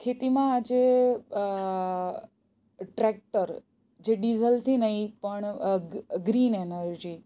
ખેતીમાં આજે ટ્રેક્ટર જે ડીઝલથી નહીં પણ ગ્રીન એનર્જી